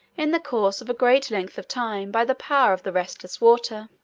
in the course of a great length of time, by the power of the restless water.